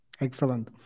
Excellent